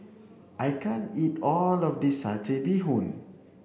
I can't eat all of this satay Bee Hoon